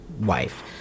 wife